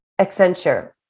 Accenture